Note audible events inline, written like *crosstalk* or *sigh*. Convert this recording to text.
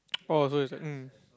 *noise* oh so it's like mm